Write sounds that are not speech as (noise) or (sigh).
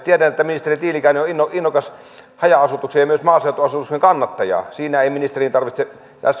(unintelligible) tiedän että ministeri tiilikainen on innokas haja asutuksen ja myös maaseutuasutuksen kannattaja tässä asiassa ei ministerin tarvitse